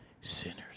sinners